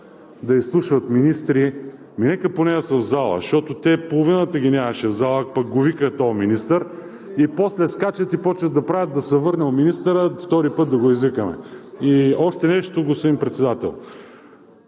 да изслушват министри, нека поне да са в залата. Защото тях половината ги нямаше в залата, пък викат този министър, а после скачат и започват да правят… да се върнел министърът, втори път да го извикаме. Още нещо, господин Председател.